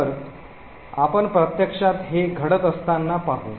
तर आपण प्रत्यक्षात हे घडत असताना पाहू या